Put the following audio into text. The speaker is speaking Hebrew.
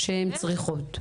שהן צריכות.